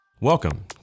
Welcome